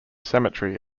cemetery